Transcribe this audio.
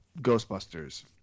Ghostbusters